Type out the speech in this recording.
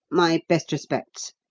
my best respects.